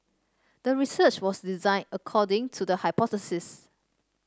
the research was designed according to the hypothesis